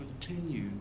continue